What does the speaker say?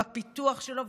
בפיתוח שלו,